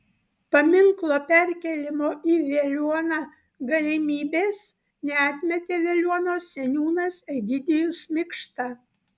paminklo perkėlimo į veliuoną galimybės neatmetė veliuonos seniūnas egidijus mikšta